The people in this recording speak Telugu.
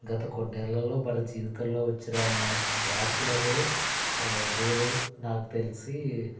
గత కొన్నేళ్లలో మన జీవితంలో వచ్చినా మార్పులనే నేను నాకు తెలిసి